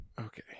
okay